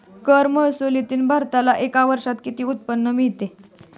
कर महसुलातून भारताला एका वर्षात किती उत्पन्न मिळते?